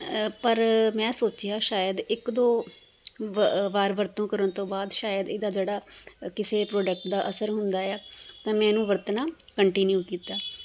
ਪਰ ਮੈਂ ਸੋਚਿਆ ਸ਼ਾਇਦ ਇੱਕ ਦੋ ਵ ਵਾਰ ਵਰਤੋਂ ਕਰਨ ਤੋਂ ਬਾਅਦ ਸ਼ਾਇਦ ਇਹਦਾ ਜਿਹੜਾ ਕਿਸੇ ਪ੍ਰੋਡਕਟ ਦਾ ਅਸਰ ਹੁੰਦਾ ਹੈ ਤਾਂ ਮੈਂ ਇਹ ਨੂੰ ਵਰਤਣਾ ਕੰਟੀਨਿਊ ਕੀਤਾ